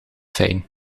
fijn